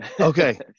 Okay